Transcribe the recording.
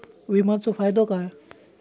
विमाचो फायदो काय?